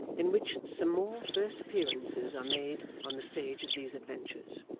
in which some more first appearances are made on the stage of these adventures